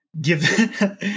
give